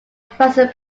francis